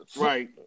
Right